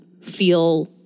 feel